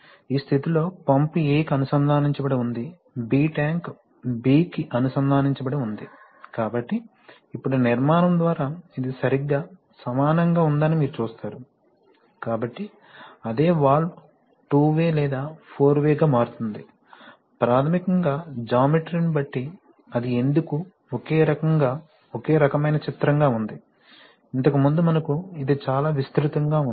ఈ స్థితిలో pump A కి అనుసంధానించబడి ఉంది B ట్యాంక్ B కి అనుసంధానించబడి ఉంది కాబట్టి ఇప్పుడు నిర్మాణం ద్వారా ఇది సరిగ్గా సమానంగా ఉందని మీరు చూస్తారు కాబట్టి అదే వాల్వ్ టు వే లేదా ఫోర్ వే గా మారుతోంది ప్రాథమికంగా జామెట్రీ ని బట్టి అది ఎందుకు ఒకే రకమైన చిత్రం గా ఉంది ఇంతకుముందు మనకు ఇది చాలా విస్తృతంగా ఉంది